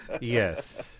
Yes